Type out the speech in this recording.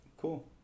Cool